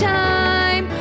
time